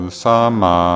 sama